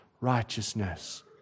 righteousness